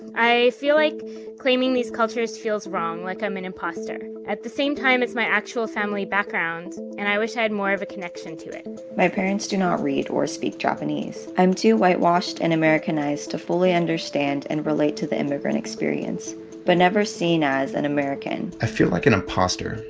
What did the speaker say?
i feel like claiming these cultures feels wrong, like i'm an impostor. at the same time, it's my actual family background, and i wish i had more of a connection to it my parents do not read or speak japanese. i'm too whitewashed and americanized to fully understand and relate to the immigrant experience but never seen as an american i feel like an impostor.